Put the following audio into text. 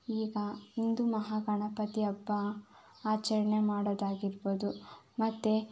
ಈಗ ಹಿಂದೂ ಮಹಾ ಗಣಪತಿ ಹಬ್ಬ ಆಚರಣೆ ಮಾಡೋದಾಗಿರ್ಬೋದು ಮತ್ತು